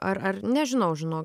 ar ar nežinau žinok